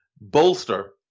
Bolster